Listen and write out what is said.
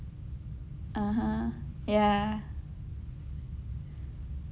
(uh huh) yeah